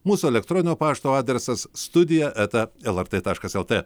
mūsų elektroninio pašto adresas studija eta lrt taškas lt